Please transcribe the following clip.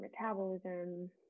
metabolism